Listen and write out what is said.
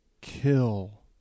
kill